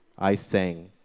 i sang,